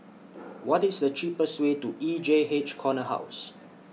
What IS The cheapest Way to E J H Corner House